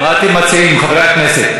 מה אתם מציעים, חברי הכנסת?